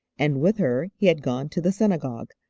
and with her he had gone to the synagogue,